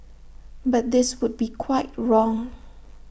but this would be quite wrong